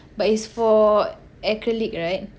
but it's for acrylic right